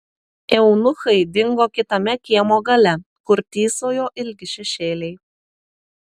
eunuchai dingo kitame kiemo gale kur tįsojo ilgi šešėliai